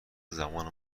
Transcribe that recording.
زمان